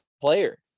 player